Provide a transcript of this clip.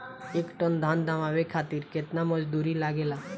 एक टन धान दवावे खातीर केतना मजदुर लागेला?